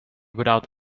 without